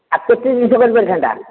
ଆଉ କେତେ ଜିନିଷ କରିପାରିଥାନ୍ତା